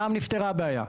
במע"מ נפתרה הבעיה.